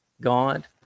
God